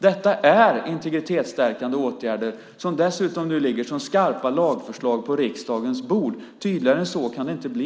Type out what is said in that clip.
Detta är integritetsstärkande åtgärder som dessutom nu ligger som skarpa lagförslag på riksdagens bord. Tydligare än så kan det inte bli.